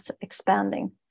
expanding